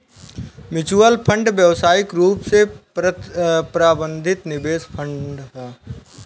mutual fund व्यावसायिक रूप से प्रबंधित निवेश फंड ह